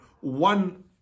one